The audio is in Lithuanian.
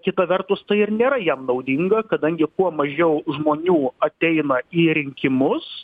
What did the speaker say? kita vertus tai ir nėra jam naudinga kadangi kuo mažiau žmonių ateina į rinkimus